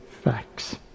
facts